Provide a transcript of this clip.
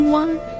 one